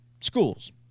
schools